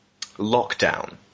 Lockdown